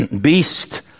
beast